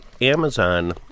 Amazon